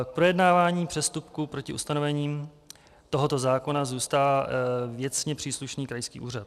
K projednávání přestupků proti ustanovením tohoto zákona zůstal věcně příslušný krajský úřad.